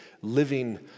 living